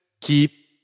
keep